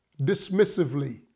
dismissively